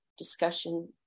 discussion